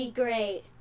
great